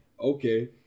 Okay